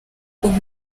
ubu